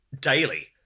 daily